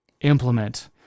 implement